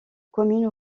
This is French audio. commune